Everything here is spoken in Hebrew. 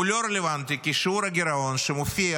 הוא לא רלוונטי כי שיעור הגירעון שמופיע